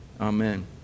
Amen